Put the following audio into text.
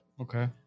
okay